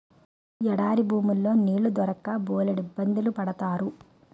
ఎడారి భూముల్లో నీళ్లు దొరక్క బోలెడిబ్బంది పడతారు